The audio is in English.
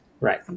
Right